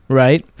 right